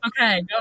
okay